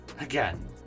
again